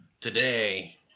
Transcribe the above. Today